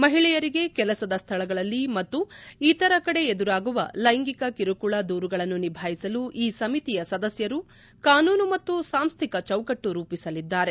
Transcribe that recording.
ಮಹಿಳೆಯರಿಗೆ ಕೆಲಸದ ಸ್ಥಳದಲ್ಲಿ ಮತ್ತು ಇತರ ಕಡೆ ಎದುರಾಗುವ ಲೈಂಗಿಕ ಕಿರುಕುಳ ದೂರುಗಳನ್ನು ನಿಭಾಯಿಸಲು ಈ ಸಮಿತಿಯ ಸದಸ್ಯರು ಕಾನೂನು ಮತ್ತು ಸಾಂಸ್ಥಿಕ ಚೌಕಟ್ಟು ರೂಪಿಸಲಿದ್ದಾರೆ